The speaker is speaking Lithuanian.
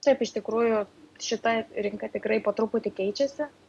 taip iš tikrųjų šita rinka tikrai po truputį keičiasi